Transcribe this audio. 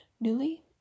newly